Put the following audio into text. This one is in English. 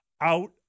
out